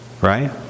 Right